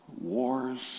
wars